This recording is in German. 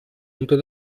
unter